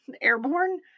airborne